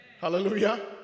hallelujah